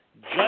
judge